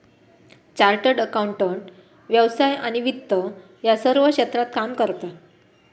chartered accountant व्यवसाय आणि वित्त या सर्व क्षेत्रात काम करता